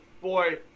boy